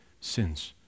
sins